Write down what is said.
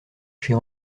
chez